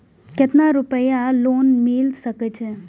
केतना रूपया लोन मिल सके छै?